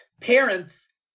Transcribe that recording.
parents